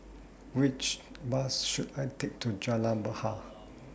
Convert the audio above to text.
Which Bus should I Take to Jalan Bahar